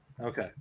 Okay